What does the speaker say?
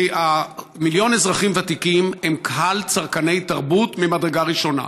מיליון אזרחים ותיקים הם קהל צרכני תרבות ממדרגה ראשונה.